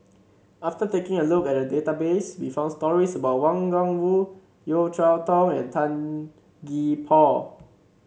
after taking a look at database we found stories about Wang Gungwu Yeo Cheow Tong and Tan Gee Paw